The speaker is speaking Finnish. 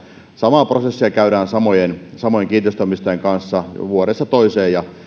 samaa prosessia käydään samojen kiinteistönomistajien kanssa vuodesta toiseen